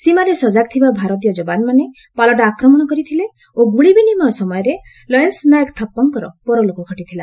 ସୀମାରେ ସଜାଗ ଥିବା ଭାରତୀୟ ଯବାନମାନେ ପାଲଟା ଆକ୍ରମଣ କରିଥିଲେ ଓ ଗୁଳି ବିନିମୟ ସମୟରେ ଲନ୍ସ ନାଏକ ଥାପ୍ପାଙ୍କର ପରଲୋକ ଘଟିଥିଲା